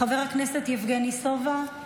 חבר הכנסת יבגני סובה,